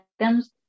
items